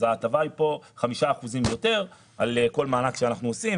ההטבה כאן היא 5 אחוזים יותר על כל מענק שאנחנו עושים.